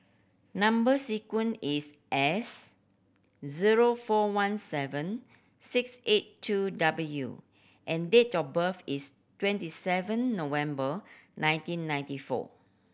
number sequence is S zero four one seven six eight two W and date of birth is twenty seven November nineteen ninety four